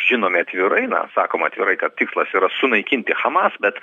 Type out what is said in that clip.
žinomi atvirai na sakom atvirai kad tikslas yra sunaikinti hamas bet